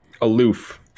Aloof